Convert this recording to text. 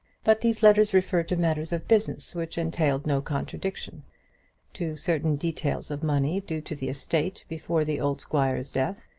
but these letters referred to matters of business which entailed no contradiction to certain details of money due to the estate before the old squire's death,